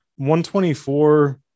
124